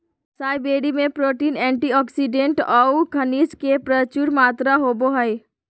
असाई berry में protein, antioxidant औऊ खनिज के प्रचुर मात्रा होबो हइ